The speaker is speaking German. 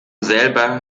selber